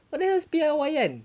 what the hell is piawaian